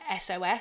SOS